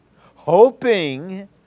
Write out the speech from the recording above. hoping